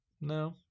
No